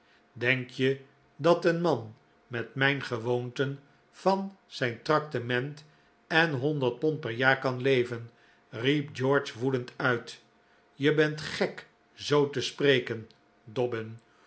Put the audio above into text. denk je dat een man met mijn gewoonten van zijn traktement en honderd pond per jaar kan leven riep george woedend uit je bent gek zoo te spreken